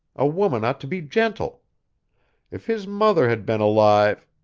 a woman ought to be gentle if his mother had been alive